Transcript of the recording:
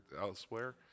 elsewhere